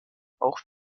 auch